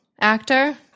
actor